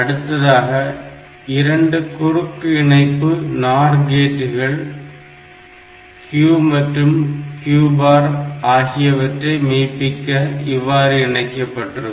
அடுத்ததாக 2 குறுக்கு இணைப்பு NOR கேட்டுகள் Q மற்றும் Q பார் ஆகியவற்றை மெய்ப்பிக்க இவ்வாறு இணைக்கப்பட்டிருக்கும்